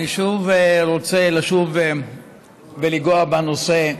אני רוצה לשוב ולנגוע בנושא,